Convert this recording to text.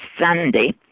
Sunday